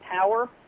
power